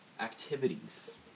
activities